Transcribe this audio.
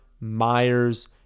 Myers